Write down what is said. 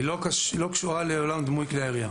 היא לא קשורה לעולם דמוי כלי הירייה.